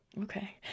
Okay